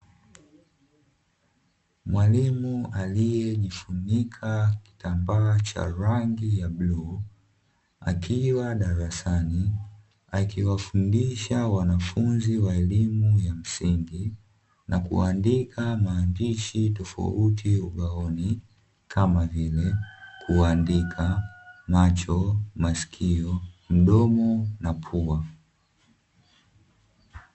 Mwalimu aliyejifunika kitambaa cha rangi ya bluu akiwa darasani, akiwafundisha wanafunzi wa elimu ya msingi na kuandika maandishi tofauti ubaoni kama vile kuandika macho, masikio, mdomo na pua.